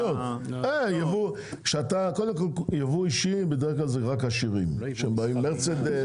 יבוא אישי זה בדרך כלל רק עשירים כשמביאים מרצדס.